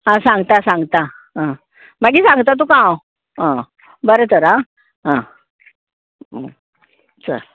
आं सांगता सांगता आं मागीर सांगता तुका हांव आं बरें तर आं आं चल